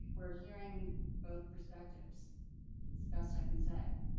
we're hearing both perspectives discussed, i can say